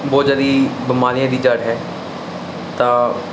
ਬਹੁਤ ਜਿਆਦੀ ਬਿਮਾਰੀਆਂ ਦੀ ਜੜ ਹੈ ਤਾਂ